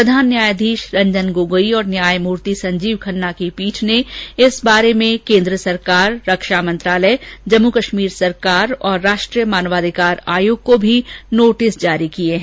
प्रधान न्यायाधीश रंजन गोगोई और न्यायमूर्ति संजीव खन्ना की पीठ ने इस बारे में केन्द्र सरकार रक्षा मंत्रालय जम्मू कश्मीर सरकार और राष्ट्रीय मानवाधिकार आयोग को भी नोटिस जारी किये हैं